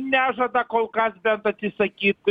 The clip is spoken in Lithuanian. nežada kol kas bent atsisakyti